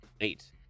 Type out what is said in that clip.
eight